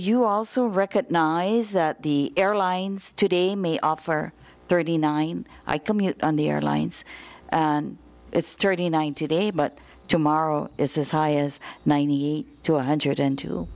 you also recognize that the airlines today may offer thirty nine i commute on the airlines and it's thirty nine today but tomorrow is as high as ninety to one hundred